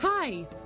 Hi